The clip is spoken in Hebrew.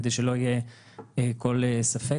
כדי שלא יהיה כל ספק.